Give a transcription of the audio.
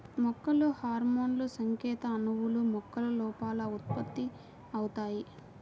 మొక్కల హార్మోన్లుసంకేత అణువులు, మొక్కల లోపల ఉత్పత్తి అవుతాయి